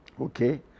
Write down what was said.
Okay